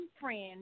friend